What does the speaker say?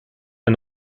ein